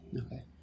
Okay